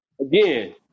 Again